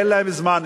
אין להם זמן.